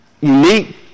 unique